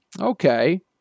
Okay